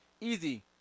Easy